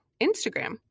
Instagram